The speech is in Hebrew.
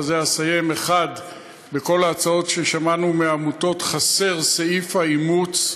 ובזה אסיים: 1. בכל ההצעות ששמענו מהעמותות חסר סעיף האימוץ.